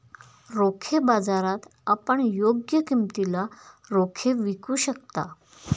रोखे बाजारात आपण योग्य किमतीला रोखे विकू शकता